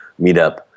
meetup